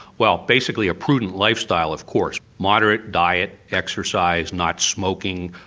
well basically a prudent lifestyle of course, moderate diet, exercise, not smoking,